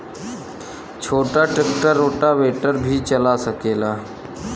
छोटा tractor rotavator भी चला सकेला?